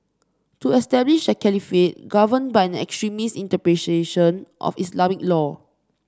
to establish a caliphate governed by an extremist of Islamic law